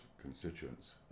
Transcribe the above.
constituents